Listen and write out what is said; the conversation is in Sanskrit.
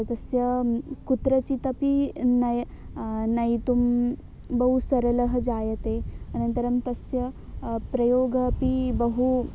तस्य कुत्रचित् अपि नयनं नेतुं बहु सरलः जायते अनन्तरं तस्य प्रयोगः अपि बहु